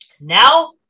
Now